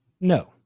No